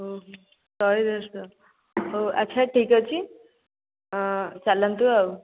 ଓହୋ ଶହେଦଶଟଙ୍କା ହଉ ଆଚ୍ଛା ଠିକ୍ଅଛି ଚାଲନ୍ତୁ ଆଉ